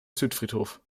südfriedhof